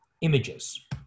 images